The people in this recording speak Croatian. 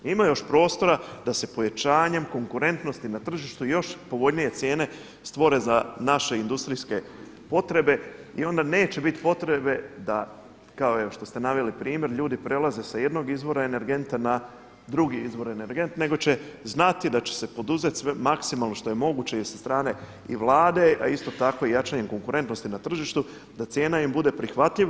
Ima još prostora da se pojačanjem konkurentnosti na tržištu još povoljnije cijene stvore za naše industrijske potrebe i onda neće biti potrebe da kao evo što ste naveli primjer ljudi prelaze sa jednog izvora energenta na drugi izvor nego će znati da će se poduzeti maksimalno što je moguće i sa strane i Vlade, a isto tako jačanjem konkurentnosti na tržištu da im cijena bude prihvatljiva.